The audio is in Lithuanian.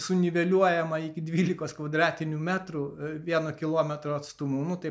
suniveliuojama iki dvylikos kvadratinių metrų vieno kilometro atstumu nu tai